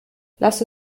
lass